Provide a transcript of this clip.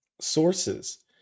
sources